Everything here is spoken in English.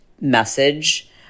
message